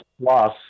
plus